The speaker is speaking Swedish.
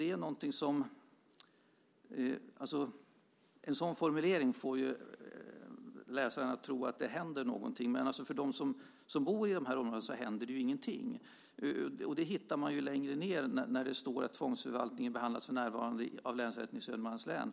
En sådan formulering får läsaren att tro att det händer någonting, men för dem som bor i de här områdena händer det ju ingenting. Längre ned i svaret står det: "Tvångsförvaltningen behandlas för närvarande i Länsrätten i Södermanlands län."